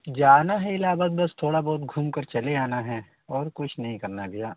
जाना है इलाहाबाद बस थोड़ा बहुत घूम कर चले आना है और कुछ नहीं करना है भिया